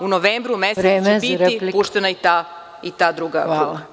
U novembru mesecu će biti puštena i ta druga.